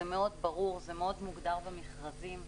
זה מאוד ברור ומאוד מוגדר במכרזים.